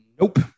Nope